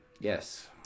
Yes